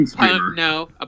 no